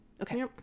okay